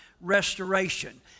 restoration